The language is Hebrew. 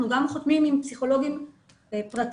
אנחנו גם חותמים עם פסיכולוגים פרטיים,